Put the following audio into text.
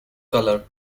colour